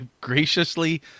Graciously